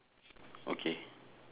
okay